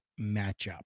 matchup